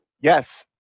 Yes